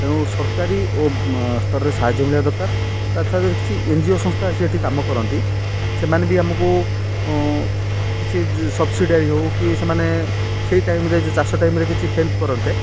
ତେଣୁ ସରକାରୀ ଓ ସ୍ତରରେ ସାହାଯ୍ୟ ମିଳିବା ଦରକାର ତା'ଛଡ଼ା ଯଦି କିଛି ଏନ୍ ଜି ଓ ସଂସ୍ଥା ଆସି ଏଠି କାମ କରନ୍ତି ସେମାନେ ବି ଆମକୁ କିଛି ସବ୍ସିଡ଼ାରୀ ହଉ କି ସେମାନେ ସେଇ ଟାଇମ୍ରେ ଯେଉଁ ଚାଷ ଟାଇମ୍ରେ କିଛି ହେଲ୍ପ କରନ୍ତେ